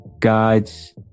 guides